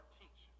teach